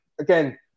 again